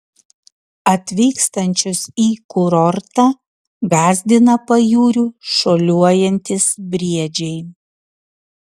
atvykstančius į kurortą gąsdina pajūriu šuoliuojantys briedžiai